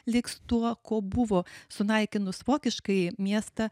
liks tuo kuo buvo sunaikinus vokiškąjį miestą